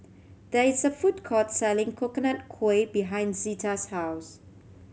there is a food court selling Coconut Kuih behind Zita's house